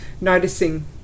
noticing